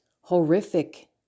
horrific